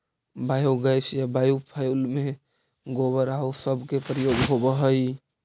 biogas या biofuel में गोबर आउ सब के प्रयोग होवऽ हई